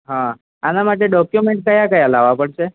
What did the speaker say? હાં આના માટે ડોક્યુમેન્ટ કયા કયા લાવા પડશે